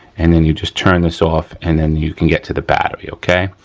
and then you just turn this off and then you can get to the battery, okay.